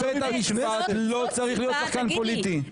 בית המשפט לא צריך להיות שחקן פוליטי.